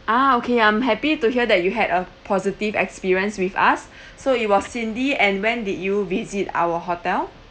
ah okay I'm happy to hear that you had a positive experience with us so it was cindy and when did you visit our hotel